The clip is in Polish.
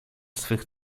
swych